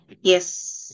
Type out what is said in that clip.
Yes